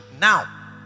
now